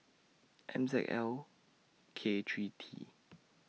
M Z L K three T